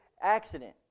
accident